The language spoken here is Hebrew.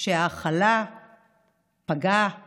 שההכלה פגעה